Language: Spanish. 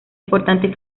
importante